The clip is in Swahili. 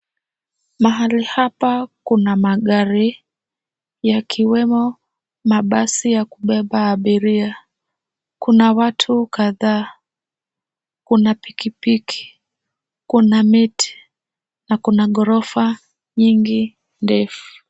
Mahali hapa kuna magari, yakiwemo mabasi ya kubeba abiria, kuna watu kadhaa, kuna pikipiki, kuna miti na kuna ghorofa nyingi nefu.